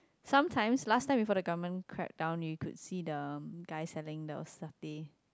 sometimes last time before the government cracked down you could see the guy selling the satay